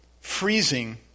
freezing